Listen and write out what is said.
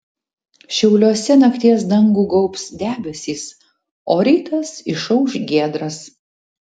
šiauliuose nakties dangų gaubs debesys o rytas išauš giedras